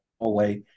hallway